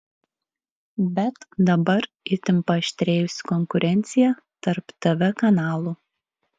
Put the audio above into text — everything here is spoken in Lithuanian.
bet dabar itin paaštrėjusi konkurencija tarp tv kanalų